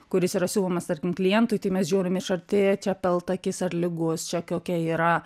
kuris yra siūlomas tarkim klientui tai mes žiūrim iš arti čia peltakis ar lygus čia kokia yra